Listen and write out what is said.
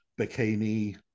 bikini